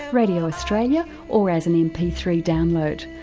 radio australia or as an m p three download.